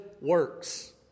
works